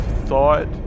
thought